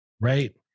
right